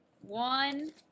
one